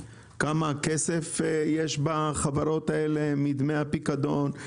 כמה כסף יש בחברות האלה מדמי הפיקדון,